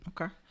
Okay